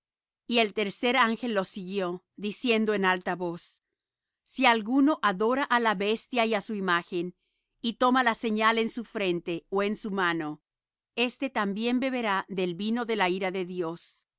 y el tercer ángel los siguió diciendo en alta voz si alguno adora á la bestia y á su imagen y toma la señal en su frente ó en su mano este también beberá del vino de la ira de dios